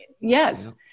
Yes